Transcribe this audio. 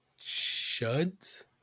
Shuds